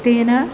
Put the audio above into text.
तेन